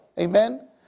Amen